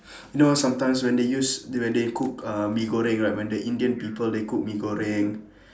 you know sometimes when they use when they cook uh mee goreng right when the indian people they cook mee goreng